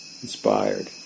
Inspired